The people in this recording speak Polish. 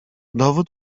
dowód